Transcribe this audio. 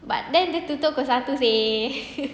but then dia tutup pukul satu seh